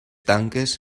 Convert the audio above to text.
tanques